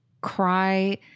cry